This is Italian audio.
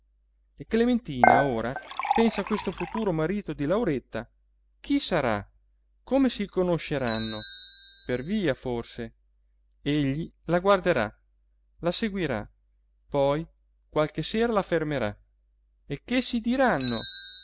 e clementina ora pensa a questo futuro marito di lauretta chi sarà come si conosceranno per via forse egli la guarderà la seguirà poi qualche sera la fermerà e che si diranno